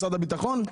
משרד הביטחון.